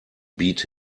beat